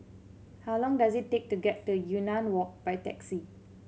how long does it take to get to Yunnan Walk by taxi